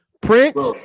Prince